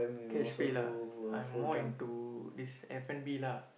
cash pay lah I'm more into this F-and-B lah